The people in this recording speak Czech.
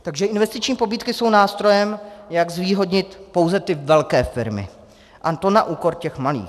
Takže investiční pobídky jsou nástrojem, jak zvýhodnit pouze ty velké firmy, a to na úkor těch malých.